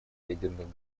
ядерных